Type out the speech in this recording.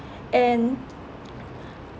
and